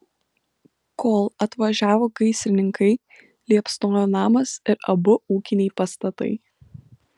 kol atvažiavo gaisrininkai liepsnojo namas ir abu ūkiniai pastatai